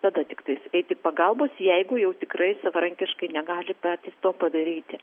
tada tiktais eiti pagalbos jeigu jau tikrai savarankiškai negali patys to padaryti